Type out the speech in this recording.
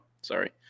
sorry